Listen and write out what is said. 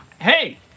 Hey